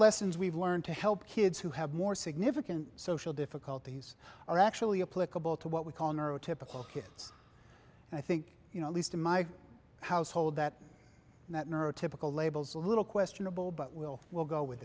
lessons we've learned to help kids who have more significant social difficulties are actually a political to what we call neuro typical kids and i think you know at least in my household that that neurotypical labels a little questionable but we'll we'll go with